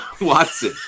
Watson